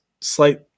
slight